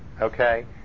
okay